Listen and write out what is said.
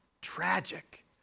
tragic